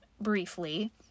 briefly